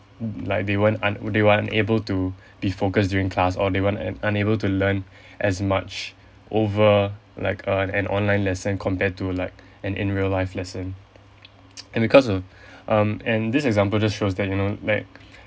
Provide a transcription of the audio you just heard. like they weren't un~ they were unable to be focused during class or they were unable to learn as much over like a an online lesson compared to like an in real life lesson and because of um and this example just shows that you know like